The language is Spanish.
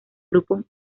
grupos